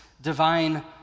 divine